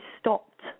stopped